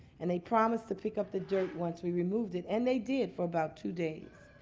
and they promised to pick up the dirt once we removed it. and they did for about two days.